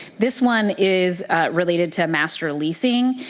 this one is related to master leasing,